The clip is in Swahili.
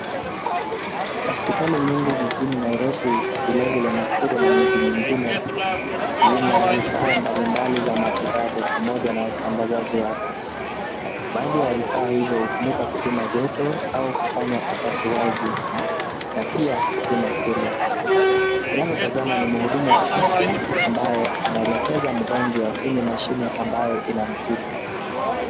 Hospitali nyingi jijini Nairobi, vilevile Nakuru na miji mingine zina vifaa mbalimbali za matibabu pamoja na usambazaji wake. Baadhi ya vifaa hivyo hutumika kupima joto au kufanya upasuaji na pia hupima kilo. Unavyotazama ni muhudumu wa afya ambaye anaelekeza mgonjwa kwenye mashine ambayo inamtibu.